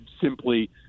simply